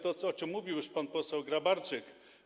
To, o czym mówił już pan poseł Grabarczyk.